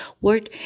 work